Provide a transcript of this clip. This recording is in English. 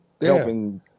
helping